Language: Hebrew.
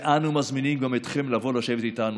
"ואנו מזמינים גם אתכם לבוא לשבת איתנו.